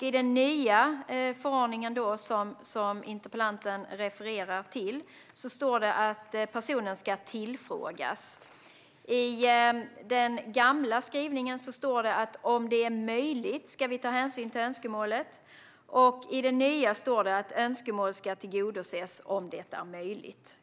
I den nya förordningen, som interpellanten refererar till, står att personen ska tillfrågas. I den gamla skrivningen står att vi ska ta hänsyn till önskemålet om det är möjligt. I den nya står att önskemål ska tillgodoses om det är möjligt.